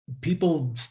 people